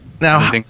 now